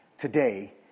today